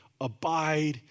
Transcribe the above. Abide